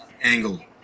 angle